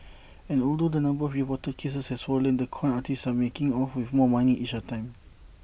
and although the number of reported cases has fallen the con artists are making off with more money each time